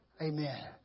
Amen